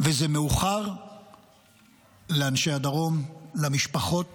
וזה מאוחר לאנשי הדרום, למשפחות